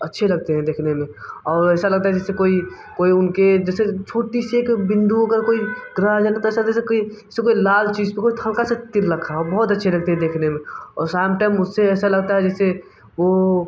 अच्छे लगते हैं देखने में और ऐसा लगता जैसे कोई कोई उनके जैसे छोटी सी एक बिन्दु अगर कोई ग्रह आ जाता तैसे जैसे कि से कोई लाल चीज़ पर कोई हल्का सा तिल रखा हो बहुत अच्छी लगती है देखने में और शाम के टाइम उससे ऐसा लगता है जैसे वो